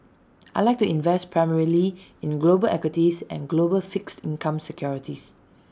I Like to invest primarily in global equities and global fixed income securities